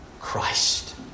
Christ